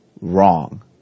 Wrong